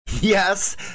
Yes